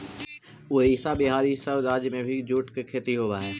उड़ीसा, बिहार, इ सब राज्य में भी जूट के खेती होवऽ हई